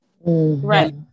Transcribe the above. right